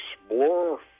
Explorer